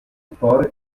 por